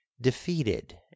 defeated